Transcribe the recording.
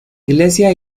iglesia